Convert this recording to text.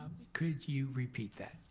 could you repeat that,